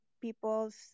people's